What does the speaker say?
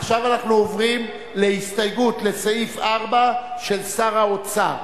עכשיו אנחנו עוברים להסתייגות לסעיף 4 של שר האוצר.